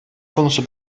konusu